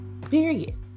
Period